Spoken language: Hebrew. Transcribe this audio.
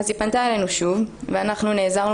אז היא פנתה אלינו שוב ואנחנו נעזרנו